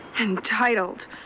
entitled